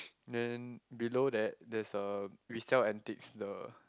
then below that there's a resell antiques the